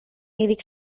milik